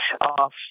off